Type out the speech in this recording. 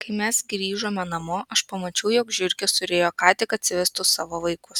kai mes grįžome namo aš pamačiau jog žiurkė surijo ką tik atsivestus savo vaikus